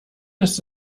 ist